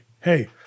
hey